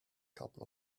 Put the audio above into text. couple